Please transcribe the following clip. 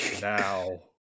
now